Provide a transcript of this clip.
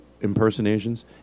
impersonations